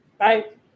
Right